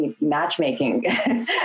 matchmaking